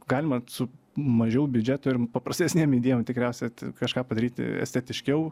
galima su mažiau biudžeto ir paprastesnėm idėjom tikriausia kažką padaryti estetiškiau